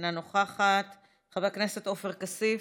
אינה נוכחת, חבר הכנסת עופר כסיף,